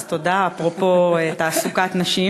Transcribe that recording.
אז תודה, אפרופו תעסוקת נשים.